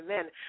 Men